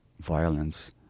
violence